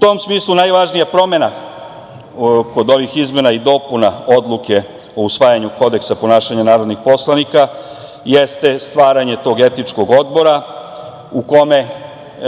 tom smislu najvažnija promena kod ovih izmena i dopuna Odluke o usvajanju Kodeksa ponašanja narodnih poslanika jeste stvaranje tog etičkog odbora u kome